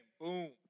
Boom